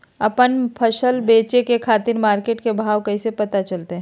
आपन फसल बेचे के खातिर मार्केट के भाव कैसे पता चलतय?